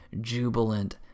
jubilant